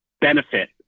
benefit